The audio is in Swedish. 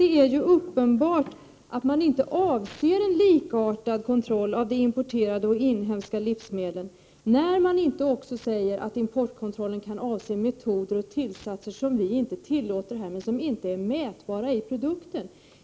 Det är nämligen uppenbart att man inte avser en likartad kontroll av de importerade livsmedlen och de inhemska, eftersom man inte också säger att importkontrollen kan avse metoder och tillsatser som vi inte tillåter här hemma, men som inte är mätbara i produkten.